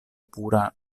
pura